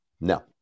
No